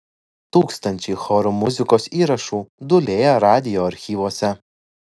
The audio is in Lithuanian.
tūkstančiai chorų muzikos įrašų dūlėja radijo archyvuose